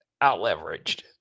out-leveraged